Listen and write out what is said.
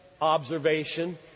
observation